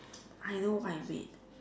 I know what I made